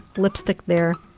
lipstick there,